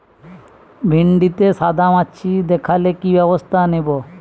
ভিন্ডিতে সাদা মাছি দেখালে কি ব্যবস্থা নেবো?